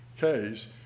Case